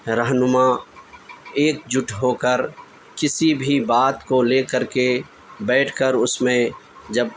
رہنما ایک جٹ ہو کر کسی بھی بات کو لے کر کے بیٹھ کر اس میں جب